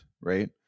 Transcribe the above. Right